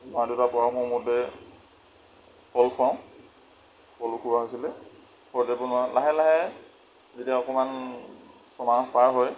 মা দেউতাৰ পৰামৰ্শ মতে কল খুৱাওঁ কলো খুওৱা হৈছিলে লাহে লাহে যেতিয়া অকণমান ছমাহ পাৰ হৈ